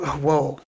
whoa